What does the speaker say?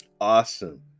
awesome